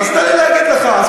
אז תן לי להגיד לך.